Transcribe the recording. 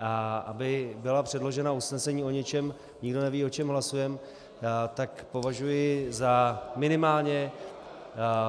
A aby byla předložena usnesení o ničem, nikdo neví, o čem hlasujeme, tak považuji za minimálně